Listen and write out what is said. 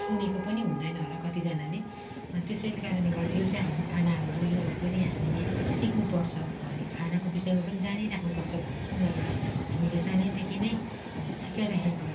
सुनेको पनि हुँदैन होला कतिजनाले त्यसै कारणले गर्दा यो चाहिँ हाम्रो खानाहरू हो उयोहरू पनि हामीले सिक्नु पर्छ भन्दै खानाको विषयमा जानी राख्नु पर्छ भनेर उनीहरूलाई हामीलाई सानैदेखि नै सिकाइराखेको